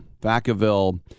Vacaville